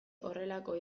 horrelako